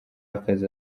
akazi